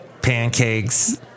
pancakes